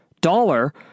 dollar